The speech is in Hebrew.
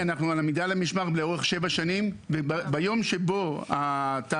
אדוני אנחנו על עמידה על המשמר לאורך שבע שנים וביום שבו התאריך